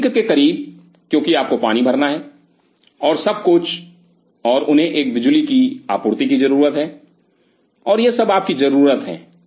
तो सिंक के करीब क्योंकि आपको पानी भरना है और सब कुछ और उन्हें एक बिजली की आपूर्ति की जरूरत है और यह सब आप की जरूरत है